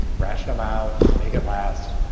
ration them out. make it last.